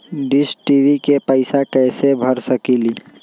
Dish TV के पैईसा कईसे भर सकली?